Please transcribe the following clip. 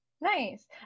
Nice